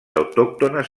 autòctones